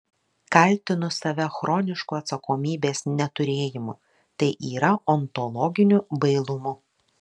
kaltinu save chronišku atsakomybės neturėjimu tai yra ontologiniu bailumu